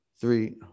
three